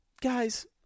Guys